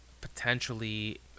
potentially